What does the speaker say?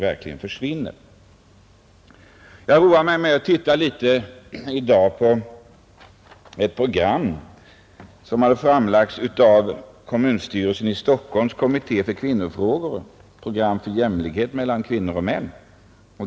Jag roade mig i dag med att titta litet på ett program som har framlagts av kommunstyrelsens i Stockholm kommitté för kvinnofrågor, ett program för jämlikhet mellan kvinnor och män.